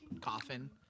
coffin